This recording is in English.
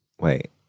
wait